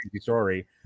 story